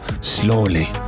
slowly